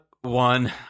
one